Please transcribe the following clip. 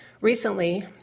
Recently